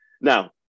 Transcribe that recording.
Now